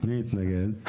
מי התנגד?